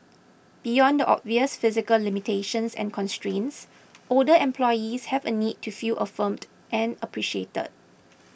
beyond the obvious physical limitations and constraints older employees have a need to feel affirmed and appreciated